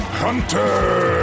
hunter